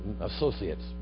associates